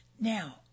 now